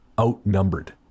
outnumbered